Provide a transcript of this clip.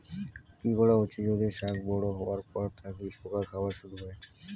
কি করা উচিৎ যদি শাক বড়ো হবার পর থাকি পোকা খাওয়া শুরু হয়?